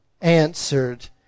answered